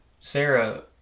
Sarah